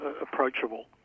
approachable